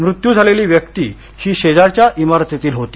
मृत्यू झालेली व्यक्ति ही शेजारच्या इमारतीतील होती